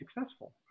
successful